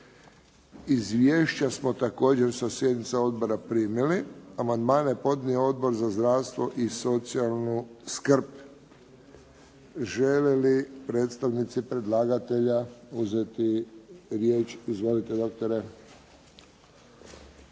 Izvješća smo također sa sjednica odbora primili. Amandmane je podnio Odbor za zdravstvo i socijalnu skrb. Žele li predstavnici predlagatelja uzeti riječ? Izvolite doktore.